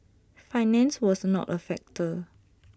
finance was not A factor